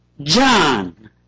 John